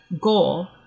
goal